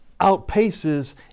outpaces